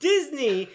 Disney